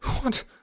What